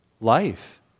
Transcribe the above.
Life